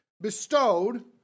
bestowed